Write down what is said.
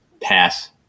pass